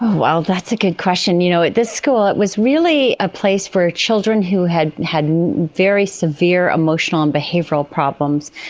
well, that's a good question. you know this school, it was really a place for children who had had very severe emotional and behavioural problems.